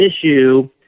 issue